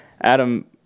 adam